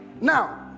Now